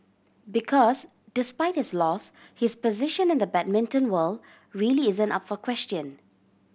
because despite his loss his position in the badminton world really isn't up for question